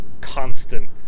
constant